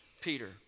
Peter